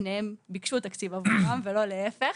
שניהם ביקשו תקציב עבורם ולא להיפך.